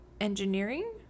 Engineering